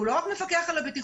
הוא לא רק המפקח על הבטיחות,